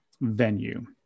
venue